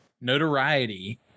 Notoriety